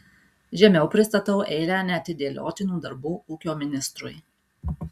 žemiau pristatau eilę neatidėliotinų darbų ūkio ministrui